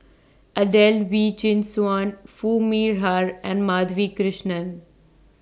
Adelene Wee Chin Suan Foo Mee Har and Madhavi Krishnan